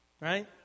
Right